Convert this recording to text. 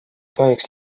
tohiks